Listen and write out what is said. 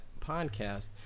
podcast